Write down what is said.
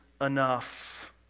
enough